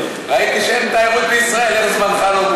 ראיתי שאין תיירות בישראל, אז איך זמנך לא מוגבל?